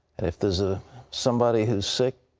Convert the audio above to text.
and if theres ah somebody who is sick,